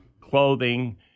clothing